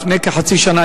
לפני כחצי שנה,